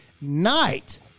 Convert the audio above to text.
night